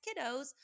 kiddos